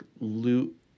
loot